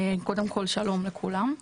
שלום לכולם.